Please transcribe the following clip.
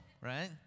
right